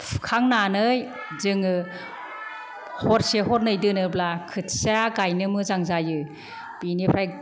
फुखांनानै जोङो हरसे हरनै दोनोब्ला खोथिया गाइनो मोजां जायो बेनिफ्राय